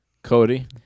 Cody